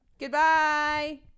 Goodbye